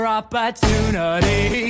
opportunity